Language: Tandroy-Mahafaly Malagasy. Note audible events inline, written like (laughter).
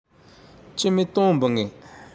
(noise) Tsy mitombogne! (noise)